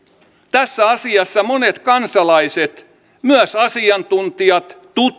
tässä asiassa monet kansalaiset ja myös asiantuntijat